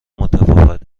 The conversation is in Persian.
متفاوت